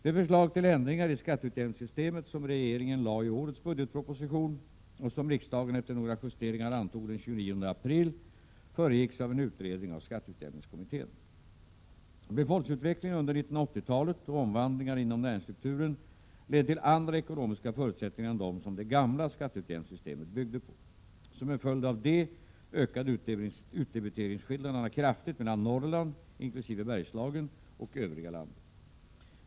Det förslag till ändringar i skatteutjämningssystemet som regeringen lade fram i årets budgetproposition och som riksdagen efter några justeringar antog den 29 april 1988 föregicks av en utredning av skatteutjämningskommittén. Befolkningsutvecklingen under 1980-talet och omvandlingar inom näringsstrukturen ledde till andra ekonomiska förutsättningar än de som det gamla skatteutjämningssystemet byggde på. Som en följd av detta ökade utdebiteringsskillnaderna kraftigt mellan Norrland, inkl. Bergslagen, och övriga landet.